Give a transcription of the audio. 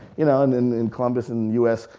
in ah and and in columbus and the us,